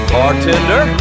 Bartender